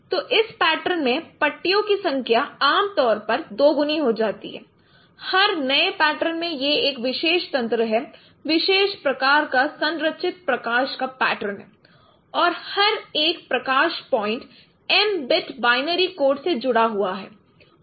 तो इस पैटर्न में पट्टियों की संख्या आमतौर पर दोगुनी हो जाती है हर नए पैटर्न में यह एक विशेष तंत्र है विशेष प्रकार का संरचित प्रकाश का पैटर्न है और हर एक प्रकाश point M bit binary code से जुड़ा हुआ है